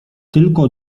tylko